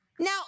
Now